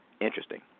interesting